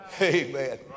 amen